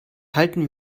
halten